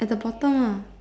at the bottom lah